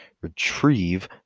retrieve